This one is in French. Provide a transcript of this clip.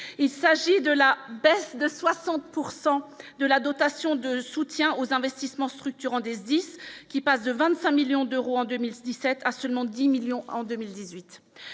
il s'agit de la baisse de 60 pourcent de la dotation de soutien aux investissements structurants des indices qui passe de 25 millions d'euros en 2017 à seulement 10 millions en 2018,